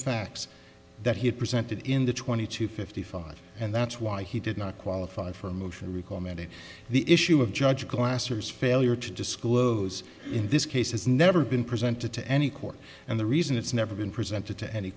facts that he had presented in the twenty to fifty five and that's why he did not qualify for a motion recall many of the issue of judge classers failure to disclose in this case has never been presented to any court and the reason it's never been presented to any